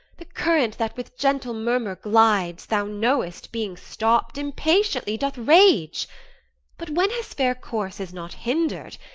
the current that with gentle murmur glides, thou know'st, being stopp'd, impatiently doth rage but when his fair course is not hindered,